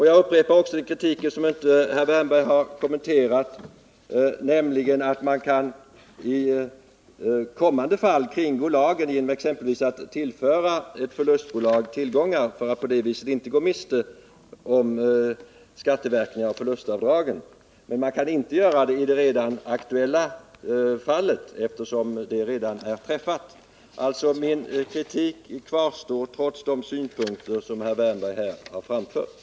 Jag upprepar också den kritik som herr Wärnberg inte har kommenterat, nämligen att man i kommande fall kan kringgå lagen genom att exempelvis tillföra förlustbolag tillgångar för att på det viset inte gå miste om skatteverkningarna av förlustavdragen. Man kan dock inte göra det i det redan aktuella fallet, eftersom avtalet där redan är träffat. Min kritik kvarstår alltså trots de synpunkter som herr Wärnberg har Nr 44